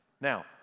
now